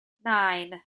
nine